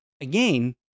again